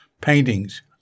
paintings